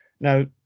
Now